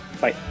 Bye